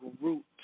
root